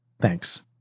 Thanks